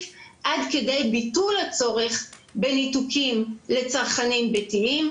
עד כדי ביטול הצורך בניתוקים לצרכנים ביתיים,